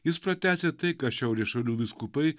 jis pratęsė tai ką šiaurės šalių vyskupai